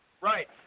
Right